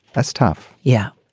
that's tough yeah.